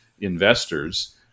investors